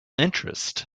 interest